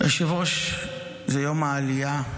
היושב-ראש, זה יום העלייה.